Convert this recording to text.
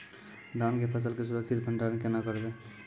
धान के फसल के सुरक्षित भंडारण केना करबै?